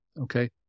okay